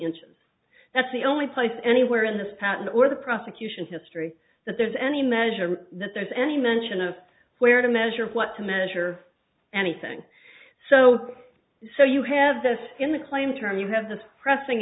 inches that's the only place anywhere in the pattern or the prosecution history that there's any measure that there's any mention of where to measure what to measure anything so so you have this in the claim turn you have this pressing